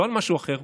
לא על משהו אחר.